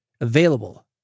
available